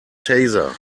taser